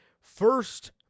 first